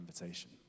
invitation